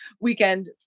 weekend